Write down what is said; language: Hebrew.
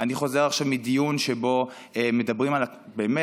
אני חוזר עכשיו מדיון שבו מדברים באמת